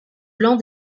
blanc